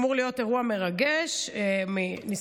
אמור להיות אירוע מרגש, מניסיון,